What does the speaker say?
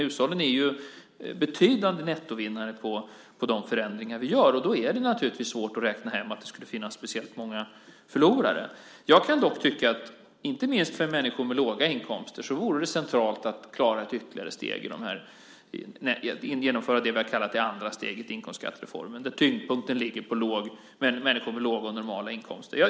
Hushållen är betydande nettovinnare på de förändringar vi gör. Då är det naturligtvis svårt att räkna hem att det skulle finnas speciellt många förlorare. Jag kan dock tycka att det inte minst för människor med låga inkomster vore centralt att klara ett ytterligare steg genom att genomföra det vi har kallat det andra steget i inkomstskattereformen. Där ligger tyngdpunkten på människor med låga och normala inkomster.